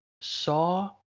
saw